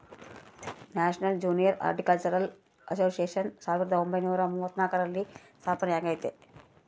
national Junior Horticultural Association ಸಾವಿರದ ಒಂಬೈನುರ ಮೂವತ್ನಾಲ್ಕರಲ್ಲಿ ಸ್ಥಾಪನೆಯಾಗೆತೆ